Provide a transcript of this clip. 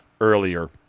earlier